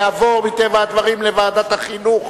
לדיון מוקדם בוועדת החינוך,